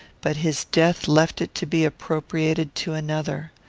but his death left it to be appropriated to another.